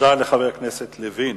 תודה לחבר הכנסת לוין.